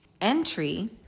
entry